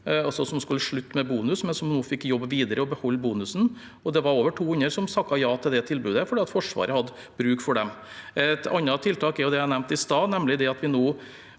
og skulle slutte med bonus, men som nå fikk jobbe videre og beholde bonusen. Det var over 200 som takket ja til det tilbudet fordi Forsvaret hadde bruk for dem. Et annet tiltak er det jeg nevnte i stad, nemlig det at vi nå,